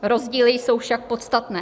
Rozdíly jsou však podstatné.